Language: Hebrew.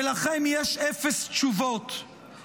ולכם יש אפס תשובות,